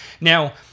Now